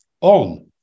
on